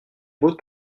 beau